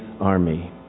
army